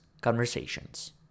conversations